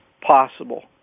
possible